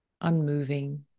Unmoving